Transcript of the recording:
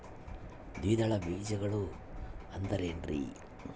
ದ್ವಿದಳ ಬೇಜಗಳು ಅಂದರೇನ್ರಿ?